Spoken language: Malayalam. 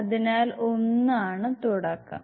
അതിനാൽ ഒന്ന് ആണ് തുടക്കം